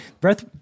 Breath